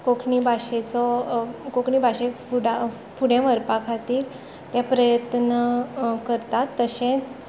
कोंकणी भाशेचो कोंकणी भाशेक फुडें व्हरपा खातीर ते प्रयत्न करतात तशेंच